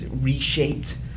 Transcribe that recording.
reshaped